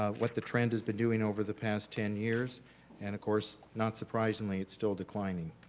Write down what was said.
ah what the trend has been doing over the past ten years and of course not surprisingly, it's still declining.